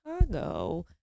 Chicago